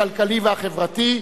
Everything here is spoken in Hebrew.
הכלכלי והחברתי,